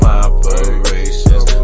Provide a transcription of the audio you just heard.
operations